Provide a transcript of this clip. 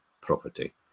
property